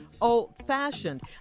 old-fashioned